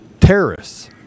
Terrorists